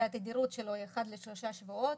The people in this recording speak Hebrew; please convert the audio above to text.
והתדירות שלו היא אחד לשלושה שבועות.